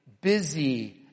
busy